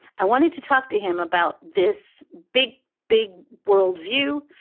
i wanted to talk to him about this big, big world view.